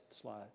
slide